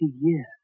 years